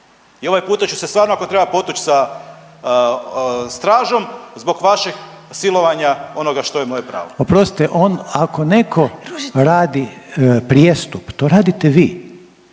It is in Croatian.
i ovaj puta ću se stvarno ako treba potuć sa stražom zbog vašeg silovanja onoga što je moje pravo. **Reiner, Željko (HDZ)** …/Upadica